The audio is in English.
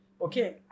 Okay